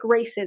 racism